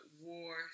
War